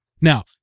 Now